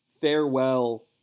farewell